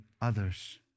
others